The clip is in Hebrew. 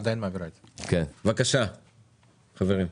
בבקשה, חברים.